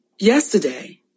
Yesterday